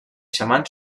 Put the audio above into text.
xamans